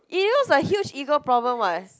it looks a huge ego problem what